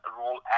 role